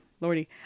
lordy